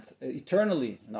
eternally